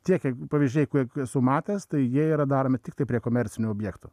tie kiek pavyzdžiai k kiek esu matęs tai jie yra daromi tiktai prie komercinių objektų